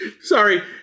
Sorry